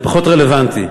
זה פחות רלוונטי.